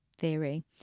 Theory